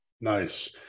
Nice